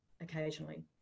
occasionally